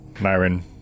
Myron